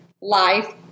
life